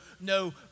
no